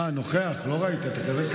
היי.